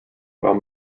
while